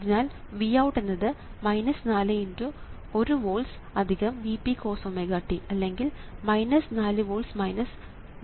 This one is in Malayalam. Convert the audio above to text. അതിനാൽ Vout എന്നത് 4×1 വോൾട്സ് Vp കോസ്⍵t അല്ലെങ്കിൽ 4 വോൾട്സ് 4കോസ്⍵t ആണ്